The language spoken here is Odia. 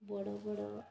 ବଡ଼ ବଡ଼